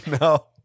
no